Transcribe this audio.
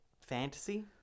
Fantasy